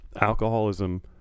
Alcoholism